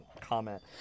comment